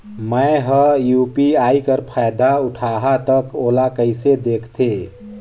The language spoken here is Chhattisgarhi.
मैं ह यू.पी.आई कर फायदा उठाहा ता ओला कइसे दखथे?